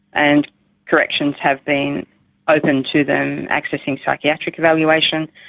and corrections have been open to them actually seeing psychiatric evaluation,